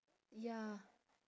ya